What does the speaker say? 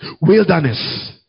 Wilderness